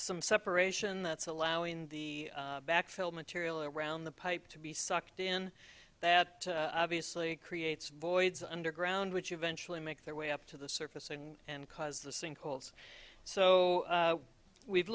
some separation that's allowing the backfield material around the pipe to be sucked in that obviously creates voids underground which eventually make their way up to the surface and cause the sink holes so we've